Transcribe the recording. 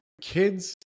Kids